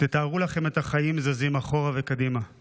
"תתארו לכם את החיים, זזים אחורה וקדימה /